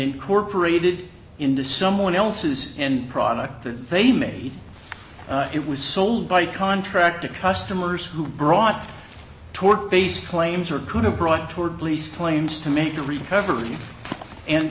incorporated into someone else's and product that they made it was sold by contract to customers who brought tort based claims or could have brought toward police claims to make a recovery and